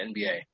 NBA